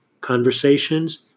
conversations